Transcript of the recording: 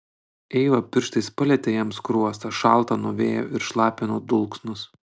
eiva pirštais palietė jam skruostą šaltą nuo vėjo ir šlapią nuo dulksnos